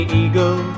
eagle